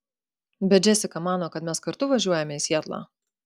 bet džesika mano kad mes kartu važiuojame į sietlą